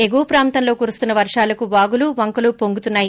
ఎగువ ప్రాంతంలో కురుస్తున్న వర్షాలకు వాగులు వంకలు వొంగుతున్నాయి